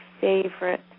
favorite